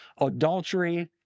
adultery